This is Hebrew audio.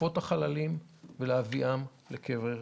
גופות החללים ולהביאם לקבר ישראל.